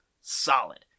solid